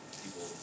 people